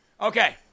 Okay